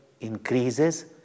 increases